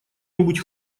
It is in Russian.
нибудь